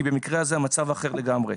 כי במקרה הזה המצב אחר לגמרי.